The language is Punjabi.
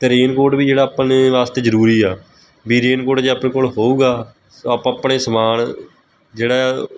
ਅਤੇ ਰੇਨਕੋਟ ਵੀ ਜਿਹੜਾ ਆਪਣੇ ਵਾਸਤੇ ਜ਼ਰੂਰੀ ਆ ਵੀ ਰੇਨਕੋਟ ਜੇ ਆਪਣੇ ਕੋਲ ਹੋਊਗਾ ਆਪਾਂ ਆਪਣੇ ਸਮਾਨ ਜਿਹੜਾ